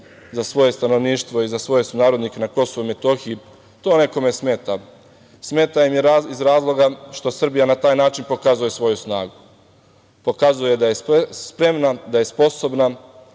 za svoje stanovništvo i za svoje sunarodnike na KiM, to nekome smeta. Smeta im iz razloga što Srbija na taj način pokazuje svoju snagu, pokazuje da je spremna, da je sposobna